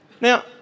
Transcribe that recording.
Now